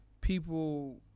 people